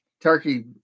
turkey